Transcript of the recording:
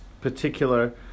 particular